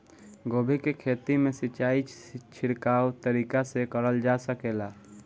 गोभी के खेती में सिचाई छिड़काव तरीका से क़रल जा सकेला?